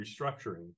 restructuring